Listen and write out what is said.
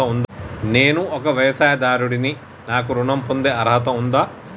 నేను ఒక వ్యవసాయదారుడిని నాకు ఋణం పొందే అర్హత ఉందా?